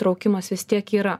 traukimas vis tiek yra